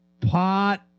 pot